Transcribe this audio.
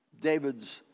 David's